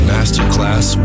Masterclass